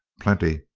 plenty,